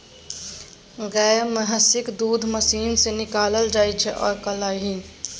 गाए महिषक दूध मशीन सँ निकालल जाइ छै आइ काल्हि